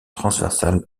transversale